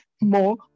more